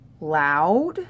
loud